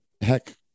heck